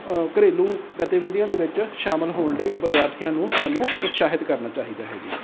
ਘਰੇਲੂ ਗਤੀਵਿਧੀਆਂ ਦੇ ਵਿੱਚ ਸ਼ਾਮਿਲ ਹੋਣ ਲਈ ਵਿਦਿਆਰਥੀਆਂ ਨੂੰ ਸਾਨੂੰ ਉਤਸ਼ਾਹਿਤ ਕਰਨਾ ਚਾਹੀਦਾ ਹੈ ਜੀ